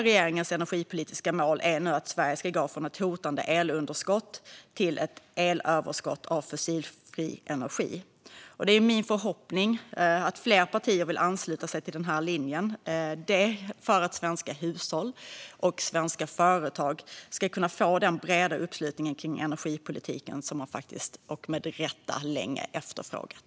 Regeringens energipolitiska mål är nu att Sverige ska gå från ett hotande elunderskott till ett elöverskott av fossilfri energi. Det är min förhoppning att fler partier vill ansluta sig till den linjen för att svenska hushåll och svenska företag ska kunna få den breda uppslutning kring energipolitiken som de med rätta länge efterfrågat.